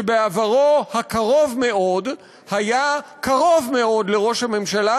שבעברו הקרוב-מאוד היה קרוב מאוד לראש הממשלה,